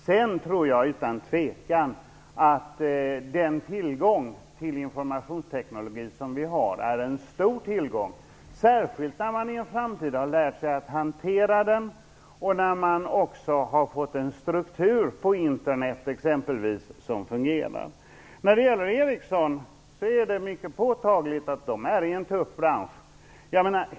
Jag tror utan tvekan att den informationsteknik vi har är en stor tillgång - särskilt när vi i en framtid har lärt oss hantera den och när vi har fått en struktur på exempelvis Internet som fungerar. Det är mycket påtagligt att Ericsson är i en tuff bransch.